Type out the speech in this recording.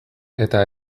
eta